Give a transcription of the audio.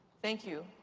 thank you.